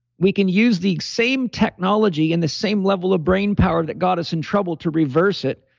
we can use the same technology and the same level of brain power that got us in trouble to reverse it.